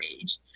age